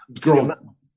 girl